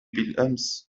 بالأمس